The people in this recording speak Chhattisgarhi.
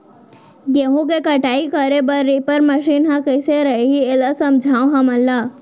गेहूँ के कटाई करे बर रीपर मशीन ह कइसे रही, एला समझाओ हमन ल?